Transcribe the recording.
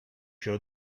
show